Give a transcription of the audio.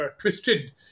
twisted